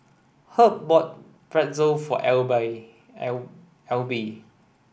Herb bought Pretzel for Alby